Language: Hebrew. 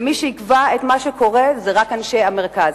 ומי שיקבע את מה שקורה זה רק אנשי המרכז.